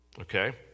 Okay